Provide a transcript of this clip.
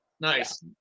Nice